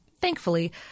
thankfully